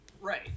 Right